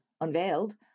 unveiled